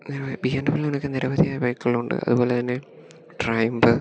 പിന്നെ ബി എം ഡബ്ള്യുവിനൊക്കെ നിരവധിയായ ബൈക്കുകളുണ്ട് അതുപോലെ തന്നെ ട്രയമ്പ്